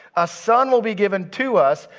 a son will be given to us,